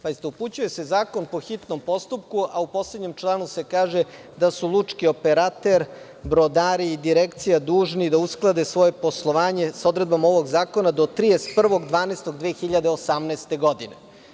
Pazite, upućuje se zakon po hitnom postupku, a u poslednjem članu se kaže da su lučki operater, brodari i direkcija dužni da usklade svoje poslovanje sa odredbama ovog zakona do 31. decembra 2018. godine.